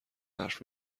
حرف